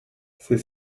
c’est